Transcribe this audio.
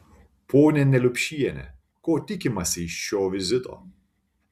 ponia neliupšiene ko tikimasi iš šio vizito